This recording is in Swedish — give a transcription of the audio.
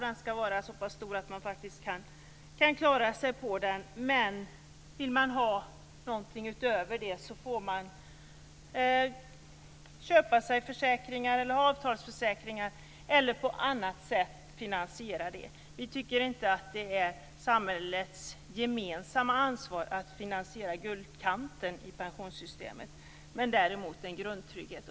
Den skall vara så pass stor att man kan klara sig på den. Men vill man ha någonting utöver det får man köpa sig försäkringar, ha avtalsförsäkringar eller på annat sätt finansiera det. Vi tycker inte att det är samhällets gemensamma ansvar att finansiera guldkanten i pensionssystemet. Däremot en grundtrygghet.